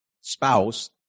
spouse